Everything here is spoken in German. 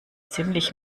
ziemlich